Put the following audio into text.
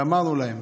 ואמרנו להם: